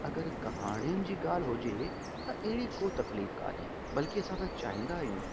अगरि कहाणियुनि जी ॻाल्हि हुजे त अहिड़ी को तकलीफ़ काने बल्कि असां त चाहिंदा आहियूं